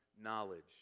knowledge